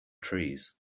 trees